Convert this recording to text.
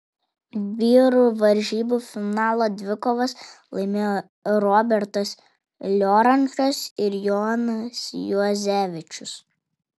vyrų varžybų finalo dvikovas laimėjo robertas liorančas ir jonas juozevičius